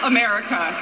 America